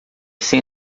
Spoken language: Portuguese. sem